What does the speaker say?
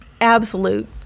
absolute